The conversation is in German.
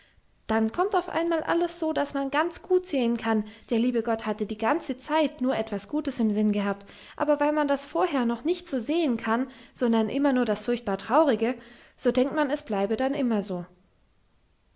dann kommt auf einmal alles so daß man ganz gut sehen kann der liebe gott hatte die ganze zeit nur etwas gutes im sinn gehabt aber weil man das vorher noch nicht so sehen kann sondern immer nur das furchtbar traurige so denkt man es bleibe dann immer so